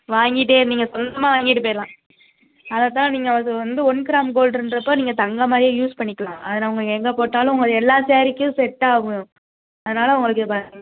வாங்கிட்டே நீங்கள் சொந்தமாக வாங்கிட்டு போயிரடலாம் அதைதான் நீங்கள் அது வந்து ஒன் கிராம் கோல்டுன்றப்போ நீங்கள் தங்கம் மாதிரியே யூஸ் பண்ணிக்கலாம் அதை நாங்கள் எங்கே போட்டாலும் உங்கள் எல்லா சேரீக்கும் செட் ஆகும் அதனால் உங்களுக்கு